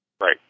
Right